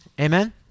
Amen